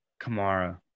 Kamara